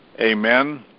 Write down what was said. Amen